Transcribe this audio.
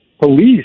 police